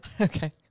Okay